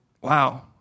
wow